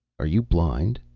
are you blind?